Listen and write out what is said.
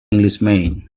englishman